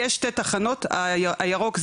בלי תחנות איתור.